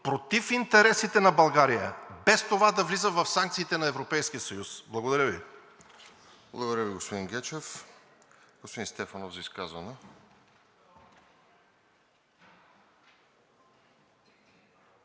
против интересите на България, без това да влиза в санкциите на Европейския съюз. Благодаря Ви.